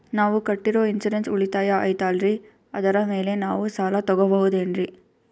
ನಾವು ಕಟ್ಟಿರೋ ಇನ್ಸೂರೆನ್ಸ್ ಉಳಿತಾಯ ಐತಾಲ್ರಿ ಅದರ ಮೇಲೆ ನಾವು ಸಾಲ ತಗೋಬಹುದೇನ್ರಿ?